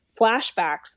flashbacks